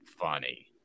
funny